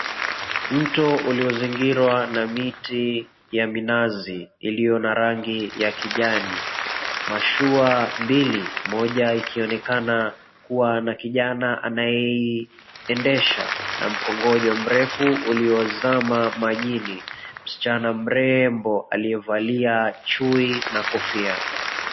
Mto uliozingirwa na miti ya minazi iliyo na rangi ya kijani. Mashua mbili, moja ikionekana ikiwa na kijana anayeonekana akiiendesha na mkongojo mrefu uliozama majini. Msichana mrembo aliyevalia chui na kofia.